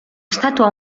estàtua